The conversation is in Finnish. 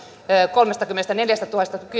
kolmestakymmenestäneljästätuhannesta